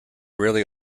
really